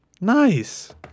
Nice